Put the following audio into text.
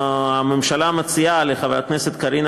הממשלה בהחלט מציעה לחברת הכנסת קארין